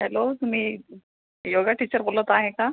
hello तुम्ही yoga teacher बोलत आहे का